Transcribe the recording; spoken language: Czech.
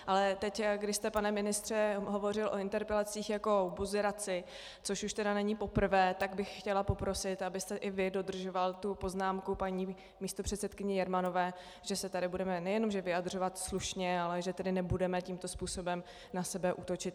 Ale teď, když jste, pane ministře, hovořil o interpelacích jako o buzeraci, což už tedy není poprvé, tak bych chtěla poprosit, abyste i vy dodržoval poznámku paní místopředsedkyně Jermanové, že se tady budeme nejenom vyjadřovat slušně, ale že tady nebudeme tímto způsobem na sebe útočit.